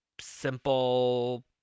simple